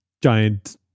giant